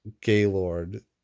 Gaylord